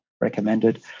recommended